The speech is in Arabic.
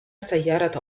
سيارة